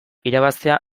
irabaztea